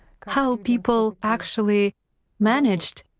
how people actually managed,